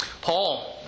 Paul